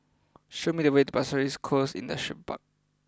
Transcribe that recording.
show me the way to Pasir Ris Coast Industrial Park